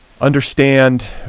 understand